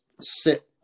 sit